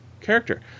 character